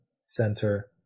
center